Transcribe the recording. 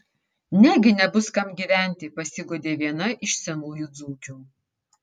negi nebus kam gyventi pasiguodė viena iš senųjų dzūkių